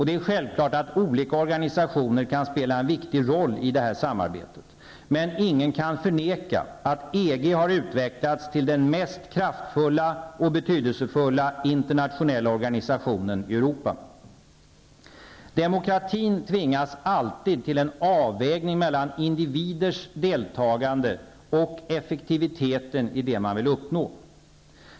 Det är självklart att olika organisationer kan spela en viktig roll i det här samarbetet. Men ingen kan förneka att EG har utvecklats till den mest kraftfulla och betydelsefulla internationella organisationen i Europa. Demokratin tvingas alltid till en avvägning mellan individers deltagande och effektiviteten i det man vill uppnå.